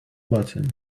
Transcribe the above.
button